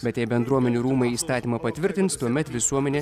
bet jei bendruomenių rūmai įstatymą patvirtins tuomet visuomenė